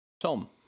Tom